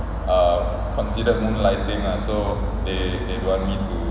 err considered moonlighting lah so they they don't want me to